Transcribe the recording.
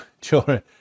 children